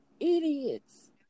idiots